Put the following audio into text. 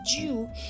Jew